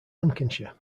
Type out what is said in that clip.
lincolnshire